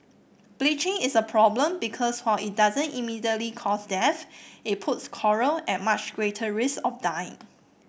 bleaching is a problem because while it doesn't immediately cause death it puts coral at much greater risk of dying